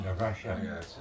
Russia